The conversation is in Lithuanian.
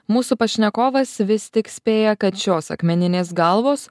mūsų pašnekovas vis tik spėja kad šios akmeninės galvos